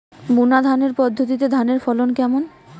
বুনাধানের পদ্ধতিতে ধানের ফলন কেমন?